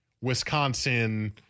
Wisconsin